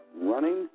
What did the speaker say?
running